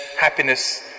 happiness